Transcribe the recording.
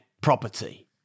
property